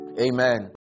Amen